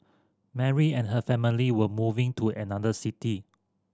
Mary and her family were moving to another city